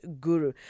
Guru